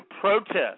protest